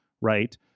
Right